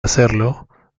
hacerlo